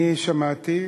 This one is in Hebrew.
אני שמעתי,